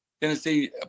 Tennessee